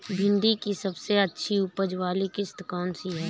भिंडी की सबसे अच्छी उपज वाली किश्त कौन सी है?